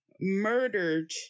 murdered